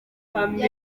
rwanda